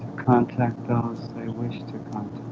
contact those they wish to contact